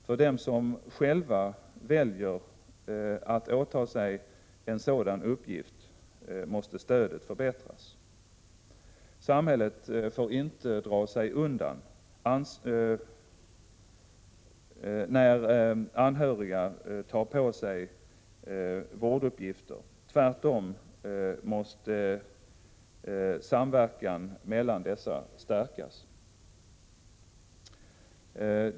För dem som själva väljer att åta sig en sådan uppgift måste stödet förbättras. Samhället får inte dra sig undan när anhöriga tar på sig vårduppgifter, tvärtom måste samverkan mellan dessa stärkas.